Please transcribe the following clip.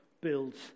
builds